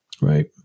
Right